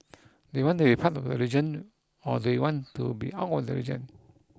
do you want to be part of the region or do you want to be out of the region